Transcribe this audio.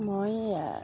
মই